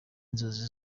inzozi